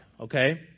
Okay